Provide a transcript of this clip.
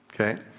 okay